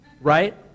Right